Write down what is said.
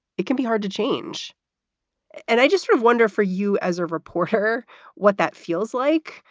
it can be hard to change and i just sort of wonder for you as a reporter what that feels like,